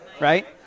right